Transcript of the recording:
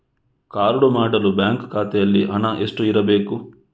Card ಮಾಡಲು bank ಖಾತೆಯಲ್ಲಿ ಹಣ ಎಷ್ಟು ಇರಬೇಕು?